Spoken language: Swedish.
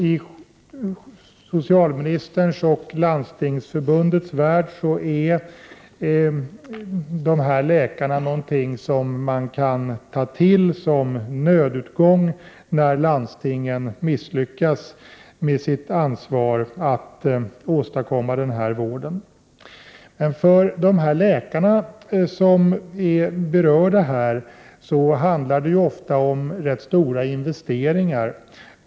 I socialministerns och Landstingsförbundets värld är de här läkarna något som man kan ta till som nödutgång när landstingen misslyckas med sitt ansvar att åstadkomma denna vård. Men för de läkare som berörs handlar det ofta om ganska stora investeringar.